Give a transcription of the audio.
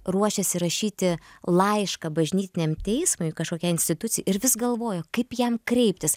ruošėsi rašyti laišką bažnytiniam teismui kažkokiai institucijai ir vis galvojo kaip jam kreiptis